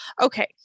Okay